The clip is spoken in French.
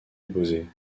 opposés